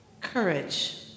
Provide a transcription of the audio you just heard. Courage